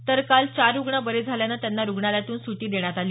तर काल चार रुग्ण बरे झाल्यानं त्यांना रुग्णालयातून सुटी देण्यात आली